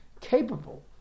capable